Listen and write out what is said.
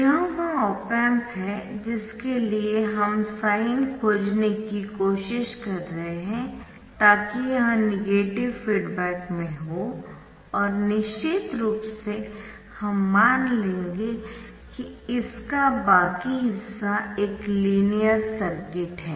यह वह op amp है जिसके लिए हम साइन खोजने की कोशिश कर रहे है ताकि यह नेगेटिव फीडबैक में हो और निश्चित रूप से हम मान लेंगे कि इसका बाकी हिस्सा एक लीनियर सर्किट है